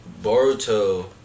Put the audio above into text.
Boruto